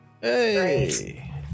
Hey